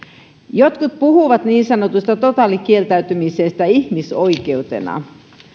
jotkut puhuvat niin sanotusta totaalikieltäytymisestä ihmisoikeutena